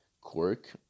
quirk